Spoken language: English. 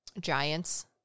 giants